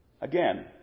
Again